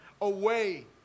away